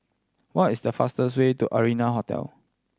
what is the fastest way to Arianna Hotel